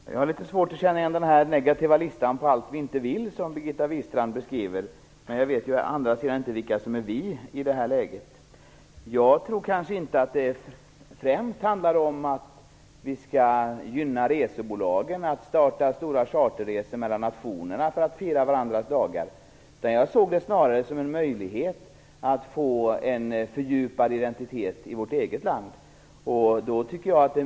Fru talman! Jag har litet svårt att känna igen mig i den negativa lista på allt vi inte vill som Birgitta Wistrand beskriver, men jag vet å andra sidan inte vilka som är "vi" i det här resonemanget. Jag tror inte att det främst handlar om att vi skall gynna resebolagen att starta storskaliga charterresor mellan nationerna för att vi skall fira varandras nationaldagar. Jag ser det snarare som en möjlighet för oss i vårt eget land att få en fördjupad identitet.